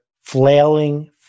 flailing